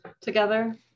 together